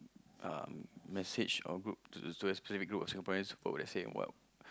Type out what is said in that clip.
um message or group to towards a specific group of Singaporeans for let's say in what